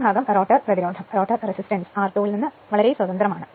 ഈ ഭാഗം rotor resistance r2 ൽ നിന്ന് സ്വതന്ത്രമാണ്